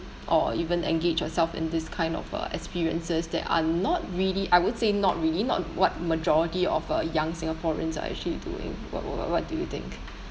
or even engage yourself in this kind of uh experiences that are not really I would say not really not what majority of uh young singaporeans are actually doing what what what do you think